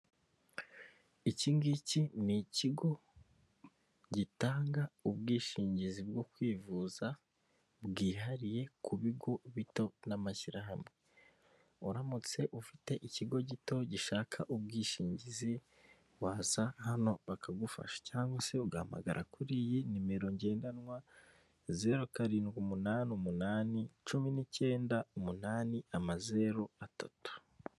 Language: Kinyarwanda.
Iki ngiki ni ikigo gitanga ubwishingizi bwo kwivuza bwihariye ku bigo bito n'amashyirahamwe uramutse ufite ikigo gito gishaka ubwishingizi waza hano bakagufasha cyangwa se ugahamagara kuri iyi nimero ngendanwa zeru karindwi umunani umunani cumi ni'icyenda umunani amazeru atatu .